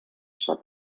sap